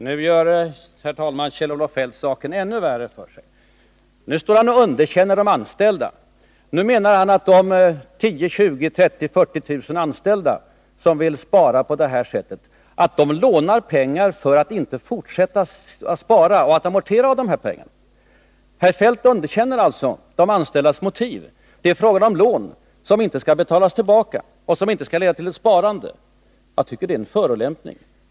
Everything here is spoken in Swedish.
Herr talman! Nu gör Kjell-Olof Feldt saken ännu värre för sig. Nu står han och underkänner de anställda. Nu menar han att de 10 000, 20 000, kanske 30 000 eller 40 000 anställda som vill spara på detta sätt lånar pengar för att inte fortsätta att spara och amortera av skulderna. Kjell-Olof Feldt underkänner alltså de anställdas motiv. Det är fråga om lån som inte skall betalas tillbaka och som inte skall leda till ett sparande, enligt Kjell-Olof Feldt. Jag tycker det är en förolämpning.